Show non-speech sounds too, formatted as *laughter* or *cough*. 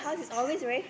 *noise*